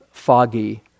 foggy